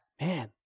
man